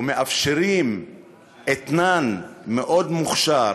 ומאפשרים אתנן מאוד מוכשר,